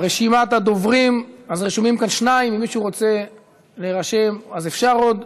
שבהתאם לשינויים שנוצרו בשנים האחרונות,